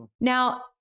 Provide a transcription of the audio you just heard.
Now